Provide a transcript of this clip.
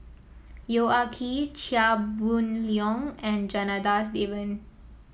Yong Ah Kee Chia Boon Leong and Janadas Devan